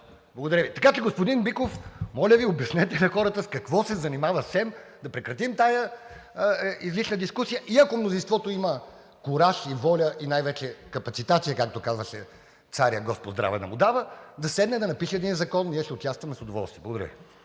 ЛЮБЕН ДИЛОВ: Така че, господин Биков, моля Ви, обяснете на хората с какво се занимава СЕМ, да прекратим тази излишна дискусия и ако мнозинството има кураж и воля, и най-вече капацитация, както казваше царят, господ здраве да му дава, да седне и да напише един закон. Ние ще участваме с удоволствие. Благодаря Ви.